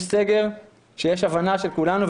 יש סגר כשיש הבנה של כולנו,